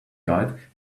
guide